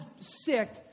sick